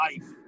life